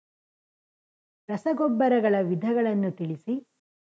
ರಸಗೊಬ್ಬರಗಳ ವಿಧಗಳನ್ನು ತಿಳಿಸಿ?